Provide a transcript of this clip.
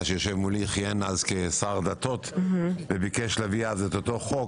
שיושב מולי כיהן אז כשר דתות וביקש להביא אז את אותו חוק,